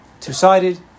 Two-sided